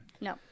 No